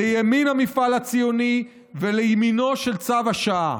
לימין המפעל הציוני ולימינו של צו השעה.